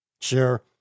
Sure